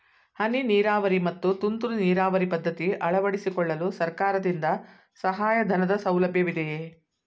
ಹನಿ ನೀರಾವರಿ ಮತ್ತು ತುಂತುರು ನೀರಾವರಿ ಪದ್ಧತಿ ಅಳವಡಿಸಿಕೊಳ್ಳಲು ಸರ್ಕಾರದಿಂದ ಸಹಾಯಧನದ ಸೌಲಭ್ಯವಿದೆಯೇ?